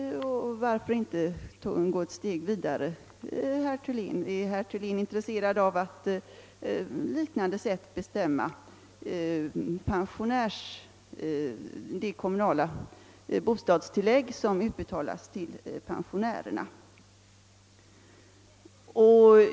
Är herr Thylén intresserad av att på liknande sätt bestämma över de kommunala bostadstillägg som utbetalas till pensionärerna?